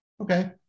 Okay